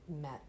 met